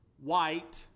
white